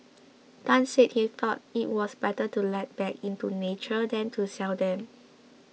Tan said he thought it was better to let back into nature than to sell them